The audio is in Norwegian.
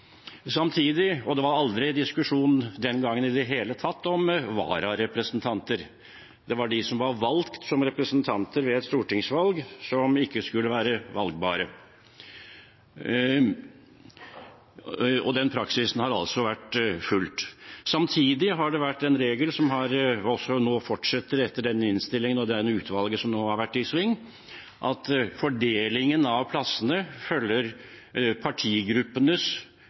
var det aldri diskusjon i det hele tatt om vararepresentanter. Det var de som var valgt til representanter ved et stortingsvalg, som ikke skulle være valgbare – og den praksisen har vært fulgt. Samtidig har det vært en regel – og det fortsetter etter denne innstillingen og det utvalget som nå har vært i sving – at fordelingen av plassene følger partigruppenes